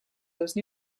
those